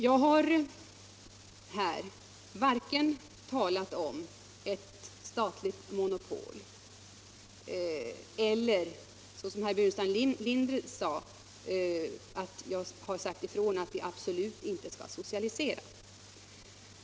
Jag har här varken talat om ett statligt monopol eller — såsom herr Burenstam Linder hävdade — sagt ifrån att vi absolut inte skall socialisera.